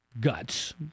guts